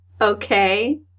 Okay